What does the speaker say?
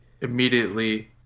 immediately